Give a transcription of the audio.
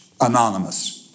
anonymous